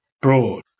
broad